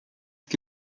que